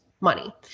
money